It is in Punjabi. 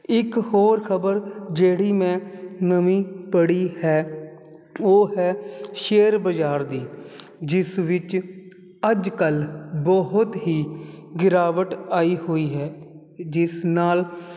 ਇੱਕ ਹੋਰ ਖਬਰ ਜਿਹੜੀ ਮੈਂ ਨਵੀਂ ਪੜੀ ਹੈ ਉਹ ਹੈ ਸ਼ੇਅਰ ਬਾਜ਼ਾਰ ਦੀ ਜਿਸ ਵਿੱਚ ਅੱਜ ਕੱਲ ਬਹੁਤ ਹੀ ਗਿਰਾਵਟ ਆਈ ਹੋਈ ਹੈ ਜਿਸ ਨਾਲ